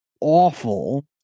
awful